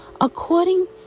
according